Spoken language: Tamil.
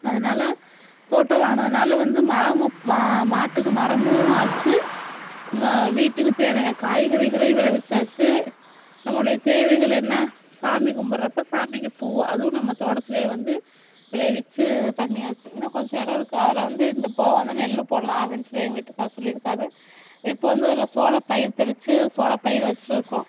அதனால் தோட்டம் வாங்கினதால வந்து மரமும் மா மாட்டுக்கு மரமும் ஆச்சு மா வீட்டுக்கு தேவையான காய்கறிகளை விளைவிச்சாச்சு நம்முடைய தேவைகள் என்ன சாமி குப்பிட்றப்ப சாமிக்கு பூ அதுவும் நம்ம தோட்டத்துலேயே வந்து விளைவிச்சு பண்ணியாச்சு இன்னும் கொஞ்சம் இடமிருக்கு அதில் வந்து இந்த போகம் வந்து நெல் போடலாம் அப்படினு சொல்லி எங்கள் வீட்டுக்காரர் சொல்லியிருக்காரு இப்போ வந்து அதில் சோளம் பயிர் தெளித்து சோளம் பயிர் வச்சுருக்கோம்